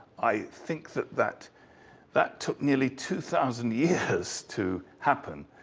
i think that that that took nearly two thousand years to happen.